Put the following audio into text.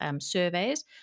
surveys